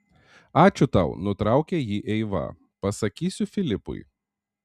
ačiū tau nutraukė jį eiva pasakysiu filipui